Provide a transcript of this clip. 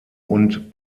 und